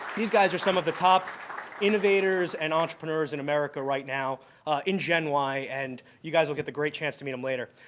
these guys are some of the top innovators and entrepreneurs in america right now in gen y and you guys will get the great chance to meet them um later.